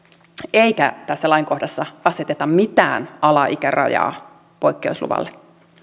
eikä tässä lainkohdassa aseteta mitään alaikärajaa poikkeusluvalle